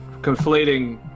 conflating